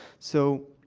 so,